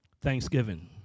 Thanksgiving